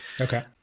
Okay